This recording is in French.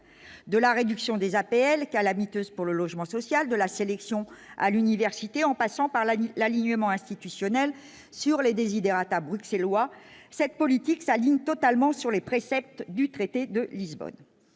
de la réduction des APL calamiteuse pour le logement social de la sélection à l'université, en passant par la l'alignement institutionnel sur les desiderata bruxellois, cette politique aligne totalement sur les préceptes du traité de Lisbonne,